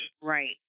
Right